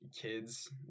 kids